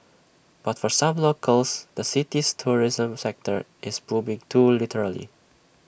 but for some locals the city's tourism sector is booming too literally